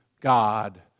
God